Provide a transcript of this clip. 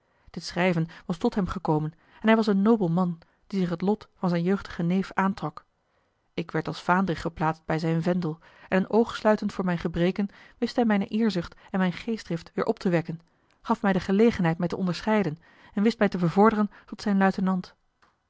dit schrijven was tot hem gekomen en hij was een nobel man die zich het lot van zijn jeugdigen neef aantrok ik werd als vaandrig geplaatst bij zijn vendel en een oog sluitend voor mijne gebreken wist hij mijne eerzucht en mijne geestdrift weêr op te wekken gaf mij de gelegenheid mij te onderscheiden en wist mij te bevorderen tot zijn luitenant